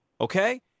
Okay